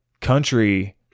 country